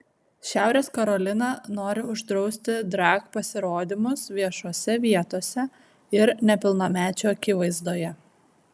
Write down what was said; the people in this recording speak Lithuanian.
šiaurės karolina nori uždrausti drag pasirodymus viešose vietose ir nepilnamečių akivaizdoje